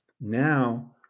Now